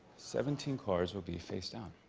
seventeen cards will be facedown.